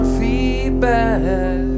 feedback